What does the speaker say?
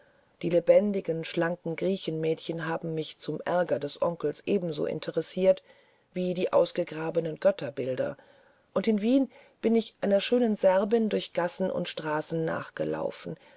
die lebendigen schlanken griechenmädchen haben mich zum aerger des onkels ebenso interessiert wie die ausgegrabenen götterbilder und in wien bin ich einer schönen serbin durch gassen und straßen nachgelaufen